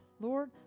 Lord